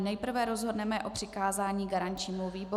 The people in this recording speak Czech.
Nejprve rozhodneme o přikázání garančnímu výboru.